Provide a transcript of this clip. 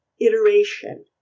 iteration